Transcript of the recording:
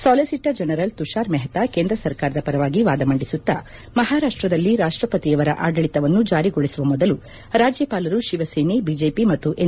solicitor general Tushar Mehta ಕೇಂದ್ರ ಸರ್ಕಾರದ ಪರವಾಗಿ ವಾದ ಮಂಡಿಸುತ್ತ ಮಹಾರಾಷ್ಸದಲ್ಲಿ ರಾಷ್ಸಪತಿಯವರ ಆಡಳಿತವನ್ನು ಜಾರಿಗೊಳಿಸುವ ಮೊದಲು ರಾಜ್ಯಪಾಲರು ಶಿವಸೇನೆ ಬಿಜೆಪಿ ಮತ್ತು ಎನ್